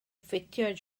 ffitio